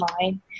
online